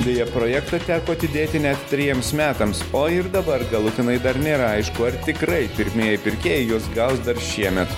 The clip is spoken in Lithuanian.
deja projektą teko atidėti net trejiems metams o ir dabar galutinai dar nėra aišku ar tikrai pirmieji pirkėjai juos gaus dar šiemet